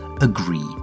agree